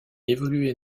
évoluait